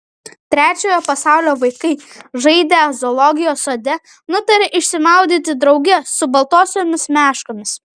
trečiojo pasaulio vaikai žaidę zoologijos sode nutarė išsimaudyti drauge su baltosiomis meškomis